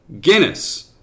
Guinness